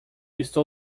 estou